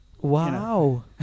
wow